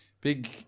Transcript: big